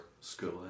school